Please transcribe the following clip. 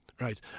right